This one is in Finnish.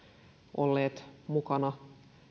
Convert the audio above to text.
olleet mukana